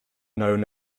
known